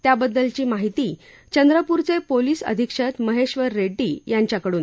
त्याबद्दलची माहिती चंद्रपूरचे पोलीस अधिक्षक महेश्वर रेड्डी यांच्याकडून